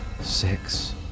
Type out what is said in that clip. Six